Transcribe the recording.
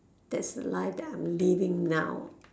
that's the life that I'm living now